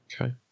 Okay